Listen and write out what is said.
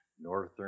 northern